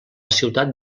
ciutat